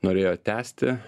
norėjo tęsti